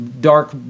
dark